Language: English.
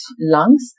lungs